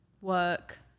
work